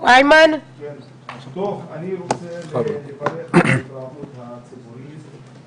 אני רוצה לברך על ההתרעמות הציבורית.